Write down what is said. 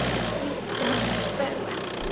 sweet sons, farewell!